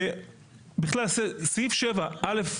ובכלל סעיף 7(א)